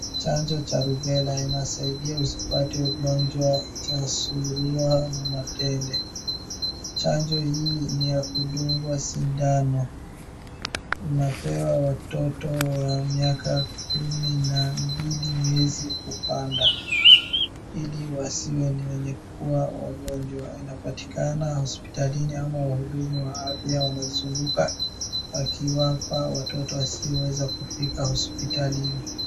Chanjo cha rubella inasaidia tusipate ugonjwa wa surua na matende. Chanjo hii ni ya kudungwa sindano. Unapewa watoto wa miaka kumi na mbili miezi kupanda ili wasiwe ni wenye kuwa wagonjwa. Inapatikana hospitalini au wahudumu wa afya wanazunguka wakiwaoa watoto wasioweza kufika hospitalini.